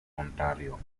ontario